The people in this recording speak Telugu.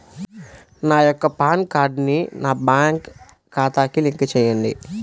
నా యొక్క పాన్ కార్డ్ని నా బ్యాంక్ ఖాతాకి లింక్ చెయ్యండి?